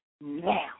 now